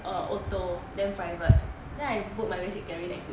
auto then private then I book my basic theory next week